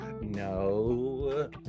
no